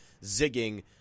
zigging